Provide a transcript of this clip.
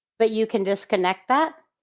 but you can disconnect that.